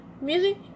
music